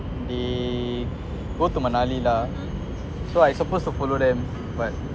they go to manali lah so I supposed to follow them but